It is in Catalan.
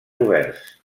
oberts